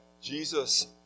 Jesus